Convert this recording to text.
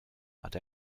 hat